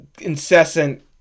incessant